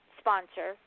sponsor